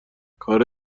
کار